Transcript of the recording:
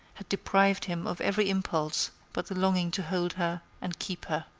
had deprived him of every impulse but the longing to hold her and keep her.